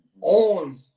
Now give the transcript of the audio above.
on